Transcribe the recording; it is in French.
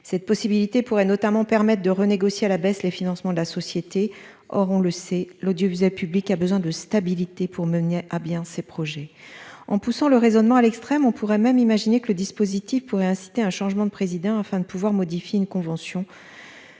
Cette possibilité, pourrait notamment permettre de renégocier à la baisse les financements de la société. Or on le sait, l'audiovisuel public a besoin de stabilité pour mener à bien ses projets en poussant le raisonnement à l'extrême, on pourrait même imaginer que le dispositif pourrait inciter un changement de président, afin de pouvoir modifier une convention.